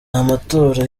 amatora